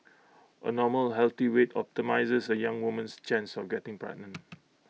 A normal healthy weight optimises A young woman's chance of getting pregnant